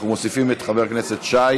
חיליק,